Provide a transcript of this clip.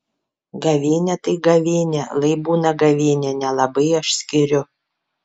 gavėnia tai gavėnia lai būna gavėnia nelabai aš skiriu